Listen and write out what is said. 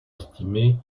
estimé